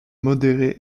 modérée